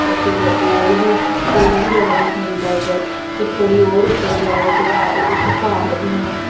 ते फिर होर बी होर बी बड़ा कुछ मिलदा ऐ उद्धर फिर थोह्ड़ी होर उप्पर जाओ ते उत्थे प्हाड़ बी न